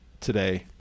today